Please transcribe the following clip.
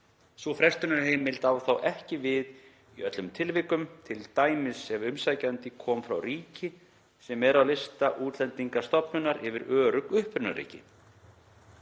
Sú frestunarheimild á þó ekki við í öllum tilvikum, t.d. ef umsækjandi kom frá ríki sem er á lista Útlendingastofnunar yfir örugg upprunaríki.